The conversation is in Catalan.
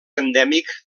endèmic